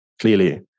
clearly